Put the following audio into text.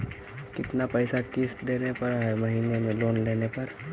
कितना पैसा किस्त देने पड़ है महीना में लोन लेने पर?